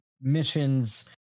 missions